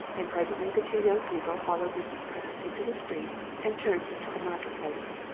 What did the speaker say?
and presently the two young people followed mrs. pratt into the street and turned into the market-place.